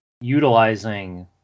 utilizing